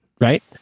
Right